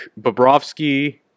Bobrovsky